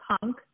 punk